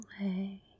away